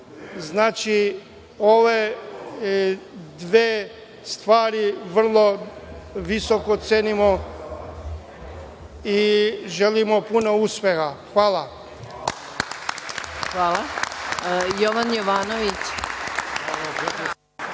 Ove dve stvari vrlo visoko cenimo i želimo puno uspeha. Hvala. **Maja